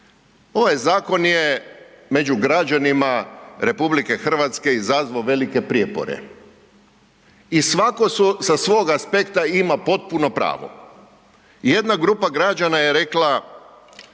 Ovaj zakon je među građanima RH izazvao velike prijepore i svako sa svog aspekta ima potpuno pravo. Jedna grupa građana je rekla